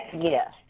Yes